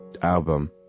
Album